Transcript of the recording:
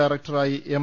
ഡയറ ക്ടറായി എം